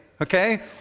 Okay